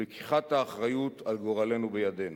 ולקיחת האחריות על גורלנו בידינו.